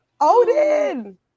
Odin